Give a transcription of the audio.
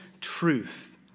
truth